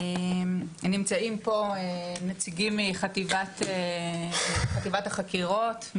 נמצאים פה נציגים מחטיבת החקירות,